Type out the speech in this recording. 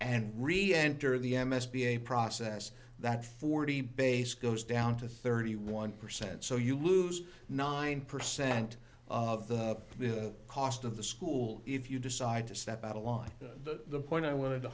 and really enter the m s b a process that forty base goes down to thirty one percent so you lose nine percent of the cost of the school if you decide to step out of line the point i wanted to